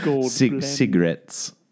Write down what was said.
cigarettes